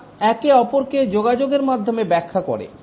তারা একে অপরকে যোগাযোগের মাধ্যমে ব্যাখ্যা করে